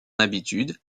habitude